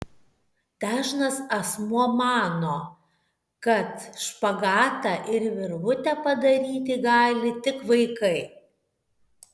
dažnas asmuo mano kad špagatą ir virvutę padaryti gali tik vaikai